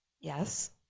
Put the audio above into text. Yes